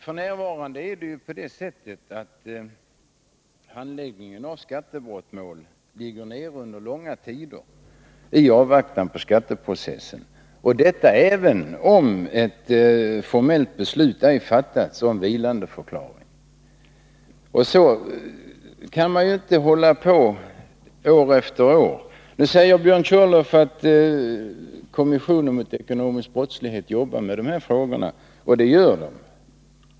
F.n. är det på det sättet att handläggningen av skattebrottmål ligger nere under långa tider i avvaktan på skatteprocessen, och detta även om ett formellt beslut om vilandeförklaring ej har fattats. Så kan man ju inte hålla på år efter år. Nu säger Björn Körlof att kommissionen mot ekonomisk brottslighet jobbar med de här frågorna, och det gör den.